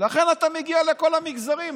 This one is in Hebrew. לכן אתה מגיע לכל המגזרים.